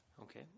Okay